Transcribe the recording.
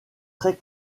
très